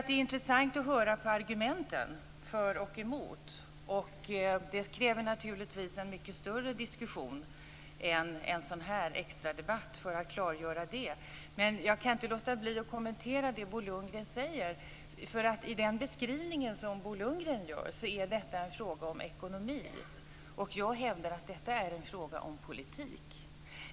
Det är intressant att höra på argumenten för och emot. Det kräver naturligtvis en mycket större diskussion än en sådan här extradebatt för att den ska bli klargörande. Men jag kan inte låta bli att kommentera det som Bo Lundgren säger. I Bo Lundgrens beskrivning är detta en fråga om ekonomi, men jag hävdar att det är en fråga om politik.